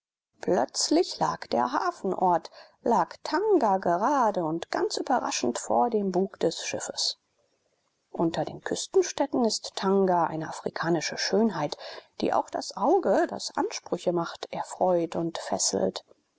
plötzlich lag der hafenort lag tanga gerade und ganz überraschend vor dem bug des schiffes unter den küstenstädten ist tanga eine afrikanische schönheit die auch das auge das ansprüche macht erfreut und fesselt